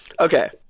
Okay